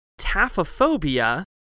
taphophobia